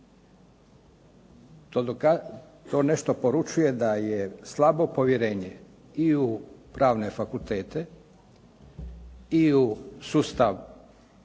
To nešto poručuje da je slabo povjerenje i u pravne fakultete i u sustav